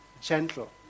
Gentle